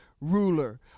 ruler